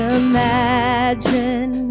imagine